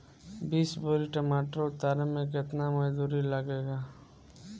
बीस बोरी टमाटर उतारे मे केतना मजदुरी लगेगा?